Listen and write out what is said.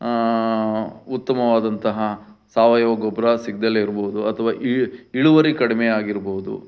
ಉತ್ತಮವಾದಂತಹ ಸಾವಯವ ಗೊಬ್ಬರ ಸಿಗ್ದೆಲೇ ಇರ್ಬೋದು ಅಥವಾ ಇ ಇಳುವರಿ ಕಡಿಮೆ ಆಗಿರ್ಬೋದು